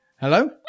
Hello